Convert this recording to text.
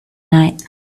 night